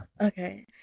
Okay